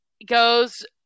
goes